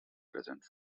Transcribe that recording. present